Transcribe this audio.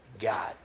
God